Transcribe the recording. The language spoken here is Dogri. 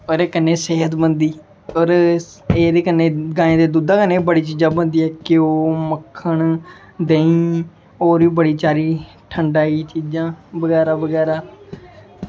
ओह्दे कन्नै सेह्त बनदी होर एह्दे कन्नै गाएं दे दुद्धा कन्नै बी बड़िया चीज़ां बनदियां घ्योऽ मक्खन देहीं होर बी बड़ी सारी ठंडाई चीज़ां बगैरा बगैरा